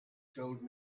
told